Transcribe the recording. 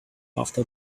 after